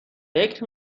فکر